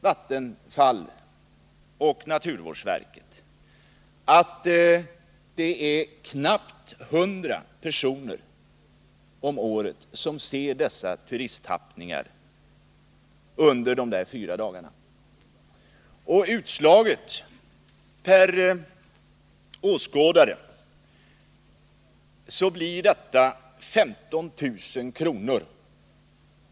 Vattenfall och naturvårdsverket uppger att knappt 100 personer om året ser dessa turisttappningar under de fyra dagar som det pågår. Utslaget per åskådare blir detta 15 000 kr.